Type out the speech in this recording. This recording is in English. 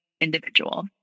individual